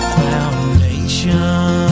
foundation